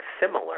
Similar